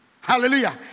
hallelujah